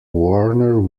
warner